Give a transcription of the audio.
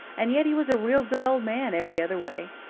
and yet he was a real good old man every other way.